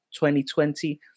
2020